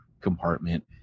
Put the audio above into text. compartment